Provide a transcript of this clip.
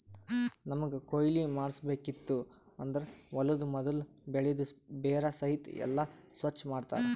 ನಮ್ಮಗ್ ಕೊಯ್ಲಿ ಮಾಡ್ಸಬೇಕಿತ್ತು ಅಂದುರ್ ಹೊಲದು ಮೊದುಲ್ ಬೆಳಿದು ಬೇರ ಸಹಿತ್ ಎಲ್ಲಾ ಸ್ವಚ್ ಮಾಡ್ತರ್